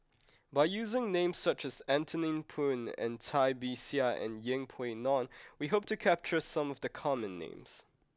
by using names such as Anthony Poon and Cai Bixia and Yeng Pway Ngon we hope to capture some of the common names